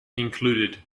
included